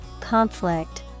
conflict